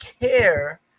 care